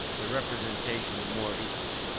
the representation more equal.